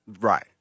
Right